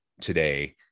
today